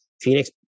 Phoenix